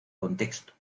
contexto